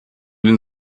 den